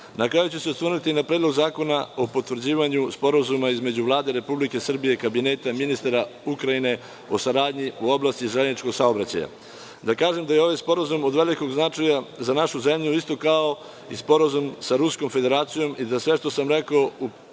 kraju ću se osvrnuti na Predlog zakona o potvrđivanju Sporazuma između Vlade Republike Srbije i Kabineta ministara Ukrajine o saradnji u oblasti železničkog saobraćaja. Da kažem da je ovaj sporazum od velikog značaja za našu zemlju isto kao i sporazum sa Ruskom federacijom i da sve što sam rekao o